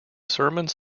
sermons